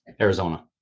Arizona